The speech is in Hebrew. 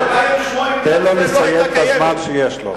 תן לו לסיים את הזמן שיש לו.